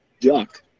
duck